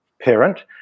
parent